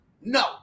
No